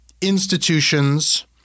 institutions